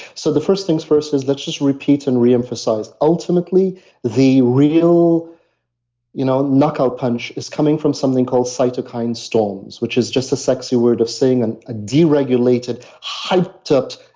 so the first things first is let's just repeat and re-emphasize. ultimately the real you know knockout punch is coming from something called cytokine storms, which is just a sexy word of seeing and a deregulated hyped up,